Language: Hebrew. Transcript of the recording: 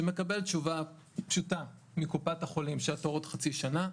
שמקבל תשובה פשוטה מקופת חולים שהתור עוד חצי שנה,